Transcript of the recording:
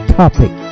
topic